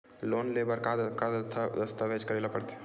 Loan ले बर का का दस्तावेज करेला पड़थे?